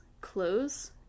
close